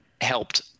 helped